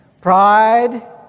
Pride